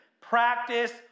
Practice